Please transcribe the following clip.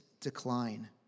decline